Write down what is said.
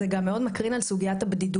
זה גם מקרין מאוד על סוגיית הבדידות.